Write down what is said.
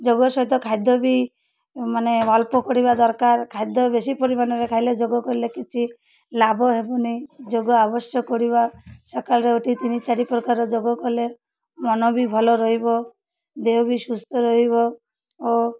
ଯୋଗ ସହିତ ଖାଦ୍ୟ ବି ମାନେ ଅଳ୍ପ କରିବା ଦରକାର ଖାଦ୍ୟ ବେଶୀ ପରିମାଣରେ ଖାଇଲେ ଯୋଗ କଲେ କିଛି ଲାଭ ହେବନି ଯୋଗ ଅବଶ୍ୟ କରିବା ସକାଳରେ ଉଠି ତିନି ଚାରି ପ୍ରକାର ଯୋଗ କଲେ ମନ ବି ଭଲ ରହିବ ଦେହ ବି ସୁସ୍ଥ ରହିବ ଓ